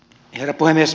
herra puhemies